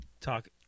talk